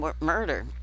murder